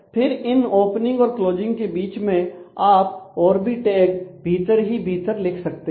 फिर इन ओपनिंग और क्लोजिंग के बीच में आप और भी टैग भीतर ही भीतर लिख सकते हैं